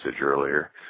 earlier